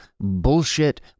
bullshit